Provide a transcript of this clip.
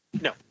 No